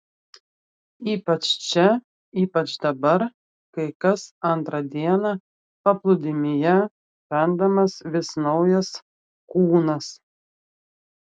ypač čia ypač dabar kai kas antrą dieną paplūdimyje randamas vis naujas kūnas